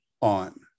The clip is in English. on